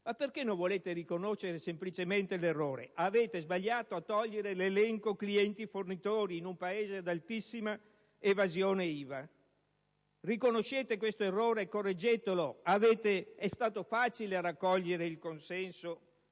Ma perché non volete riconoscere semplicemente l'errore? Avete sbagliato a togliere l'elenco clienti e fornitori in un Paese ad altissima evasione IVA: riconoscete questo errore e correggetelo. È stato facile raccogliere il consenso,